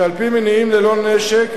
שעל-פי רוב מגיעים ללא נשק.